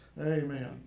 Amen